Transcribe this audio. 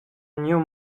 new